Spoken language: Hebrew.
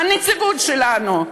הנציגות שלנו,